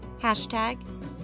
Hashtag